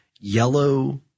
yellow